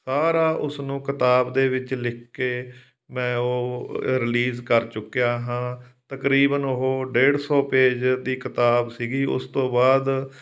ਸਾਰਾ ਉਸਨੂੰ ਕਿਤਾਬ ਦੇ ਵਿੱਚ ਲਿਖ ਕੇ ਮੈਂ ਉਹ ਰਿਲੀਜ਼ ਕਰ ਚੁੱਕਿਆ ਹਾਂ ਤਕਰੀਬਨ ਉਹ ਡੇਢ ਸੌ ਪੇਜ ਦੀ ਕਿਤਾਬ ਸੀਗੀ ਉਸ ਤੋਂ ਬਾਅਦ